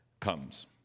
comes